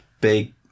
big